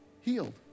healed